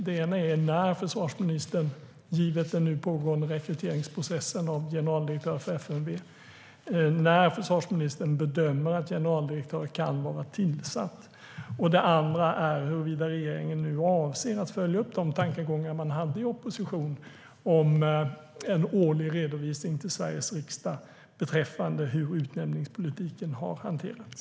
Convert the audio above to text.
Den ena är när försvarsministern, givet den nu pågående rekryteringsprocessen av generaldirektör för FMV, bedömer att generaldirektör kan vara tillsatt. Den andra är huruvida regeringen nu avser att följa upp de tankegångar man hade i opposition om en årlig redovisning till Sveriges riksdag beträffande hur utnämningspolitiken har hanterats.